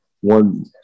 One